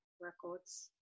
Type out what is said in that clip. records